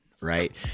right